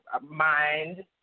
mind